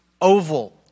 oval